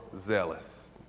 zealous